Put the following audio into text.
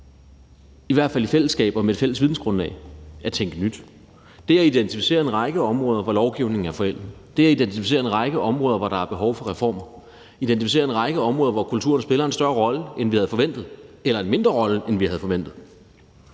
i hvert fald i fællesskab og med et fælles vidensgrundlag, at tænke nyt, altså det at identificere en række områder, hvor lovgivningen er forældet; det at identificere en række områder, hvor der er behov for reformer; at identificere en række områder, hvor kulturen spiller en større rolle, end vi havde forventet, eller en mindre rolle, end vi havde forventet;